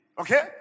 Okay